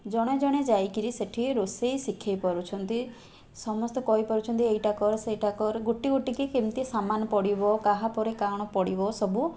ଜଣେ ଜଣେ ଯାଇକିରି ସେଠି ରୋଷେଇ ଶିଖେଇ ପାରୁଛନ୍ତି ସମସ୍ତେ କହିପାରୁଛନ୍ତି ଏଇଟା କର ସେଇଟା କର ଗୋଟି ଗୋଟି କି କେମିତି ସାମାନ ପଡ଼ିବ କାହାପରେ କ'ଣ ପଡ଼ିବ ସବୁ